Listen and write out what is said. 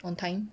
on time